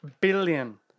billion